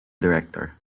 director